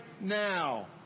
now